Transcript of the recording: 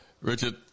Richard